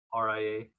RIA